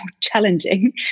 challenging